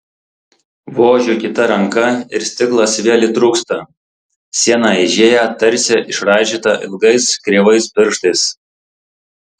vožiu kita ranka ir stiklas vėl įtrūksta siena eižėja tarsi išraižyta ilgais kreivais pirštais